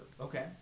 Okay